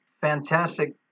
fantastic